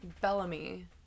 Bellamy